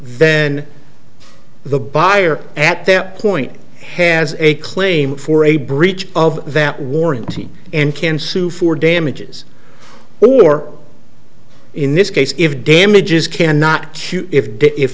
venn the buyer at that point has a claim for a breach of that warranty and can sue for damages or in this case if damages cannot choose if